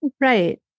Right